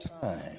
time